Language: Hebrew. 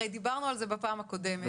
הרי דיברנו על זה בפעם הקודמת.